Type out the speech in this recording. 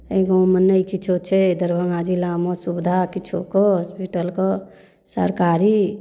अइ गाँवमे ने किछो छै दरभंगा जिलामे सुविधा किछोके हॉस्पिटलके सरकारी